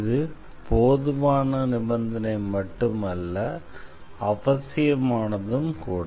இது போதுமான நிபந்தனை மட்டுமல்ல அவசியமானதும் கூட